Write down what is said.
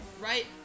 right